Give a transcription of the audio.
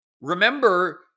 Remember